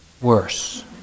Worse